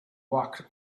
walked